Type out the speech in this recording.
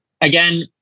Again